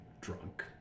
drunk